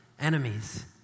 enemies